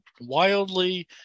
wildly